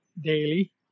daily